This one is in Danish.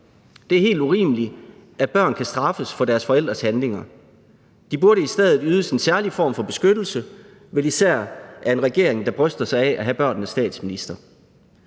Det er helt urimeligt, at børn kan straffes for deres forældres handlinger. De burde i stedet ydes en særlig form for beskyttelse, vel især af en regering, der bryster sig af at have børnenes statsminister.